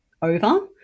over